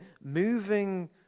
moving